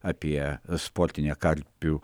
apie sportinę karpių